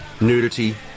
nudity